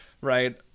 right